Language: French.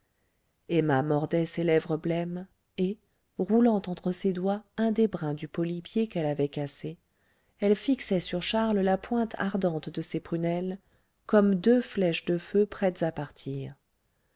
emma mordait ses lèvres blêmes et roulant entre ses doigts un des brins du polypier qu'elle avait cassé elle fixait sur charles la pointe ardente de ses prunelles comme deux flèches de feu prêtes à partir